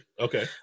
Okay